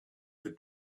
for